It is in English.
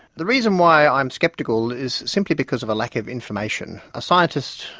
the reason why i'm sceptical is simply because of a lack of information. a scientist,